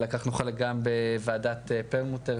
לקחנו חלק גם בוועדת פרלמוטר.